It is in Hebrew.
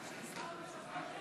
התשע"ח 2018,